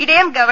ഇടയം ഗവ